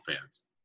fans